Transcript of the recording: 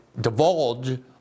Divulge